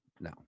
no